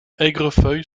aigrefeuille